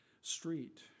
street